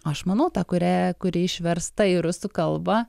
aš manau ta kuria kuri išversta į rusų kalbą